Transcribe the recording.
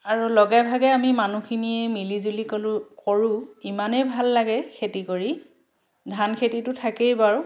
আৰু লগে ভাগে আমি মানুহখিনিয়ে মিলি জুলি কলো কৰোঁ ইমানেই ভাল লাগে খেতি কৰি ধান খেতিটো থাকেই বাৰু